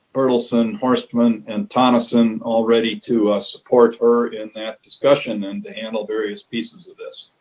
berthelsen, horstman and tonneson all ready to support her in that discussion and to handle various pieces of this.